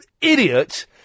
idiot